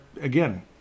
again